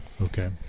Okay